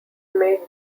made